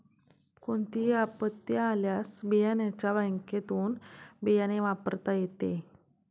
कोणतीही आपत्ती आल्यास बियाण्याच्या बँकेतुन बियाणे वापरता येते